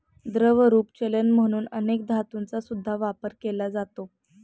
द्रवरूप चलन म्हणून अनेक धातूंचा सुद्धा वापर केला जातो